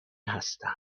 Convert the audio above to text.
هستم